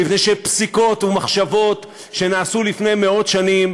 מפני שפסיקות ומחשבות שהיו לפני מאות שנים,